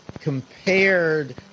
compared